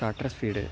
shutter speed